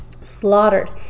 slaughtered